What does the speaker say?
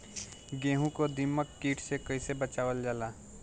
गेहूँ को दिमक किट से कइसे बचावल जाला?